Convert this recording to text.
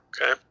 okay